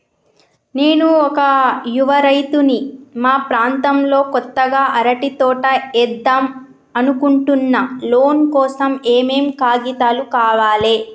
నేను ఒక యువ రైతుని మా ప్రాంతంలో కొత్తగా అరటి తోట ఏద్దం అనుకుంటున్నా లోన్ కోసం ఏం ఏం కాగితాలు కావాలే?